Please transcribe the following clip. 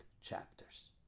chapters